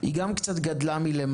גם היא גדלה קצת מלמטה,